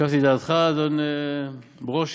השבתי לדעתך, אדון ברושי?